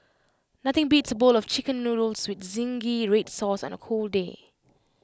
nothing beats A bowl of Chicken Noodles with zingy read sauce on A cold day